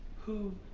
who,